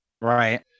right